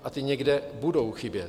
A ty někde budou chybět.